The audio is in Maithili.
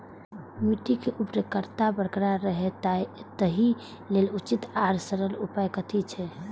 मिट्टी के उर्वरकता बरकरार रहे ताहि लेल उचित आर सरल उपाय कथी छे?